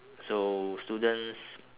so students